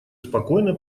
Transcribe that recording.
спокойно